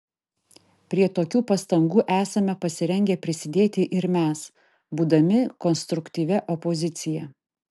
prie tokių pastangų esame pasirengę prisidėti ir mes būdami konstruktyvia opozicija